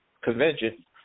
Convention